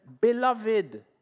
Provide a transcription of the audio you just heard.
beloved